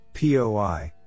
POI